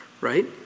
Right